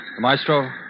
maestro